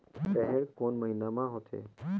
रेहेण कोन महीना म होथे?